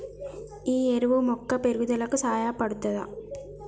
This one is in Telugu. ఈ ఎరువు మొక్క పెరుగుదలకు సహాయపడుతదా?